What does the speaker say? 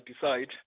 decide